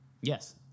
Yes